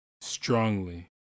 Strongly